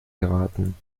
geraten